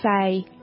say